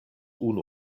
unu